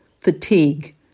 fatigue